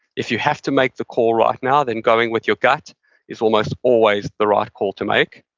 if you have to make the call right now, then going with your gut is almost always the right call to make,